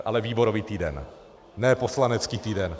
Ale výborový týden, ne poslanecký týden.